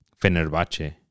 Fenerbahce